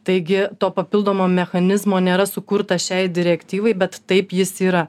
taigi to papildomo mechanizmo nėra sukurta šiai direktyvai bet taip jis yra